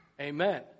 Amen